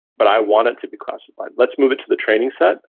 but i want it to be classified. let's move it to the training set,